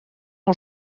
mon